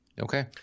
Okay